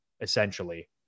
essentially